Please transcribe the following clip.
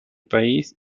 país